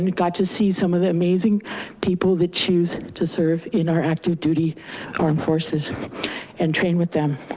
and got to see some of the amazing people that choose to serve in our active duty armed forces and train with them,